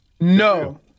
No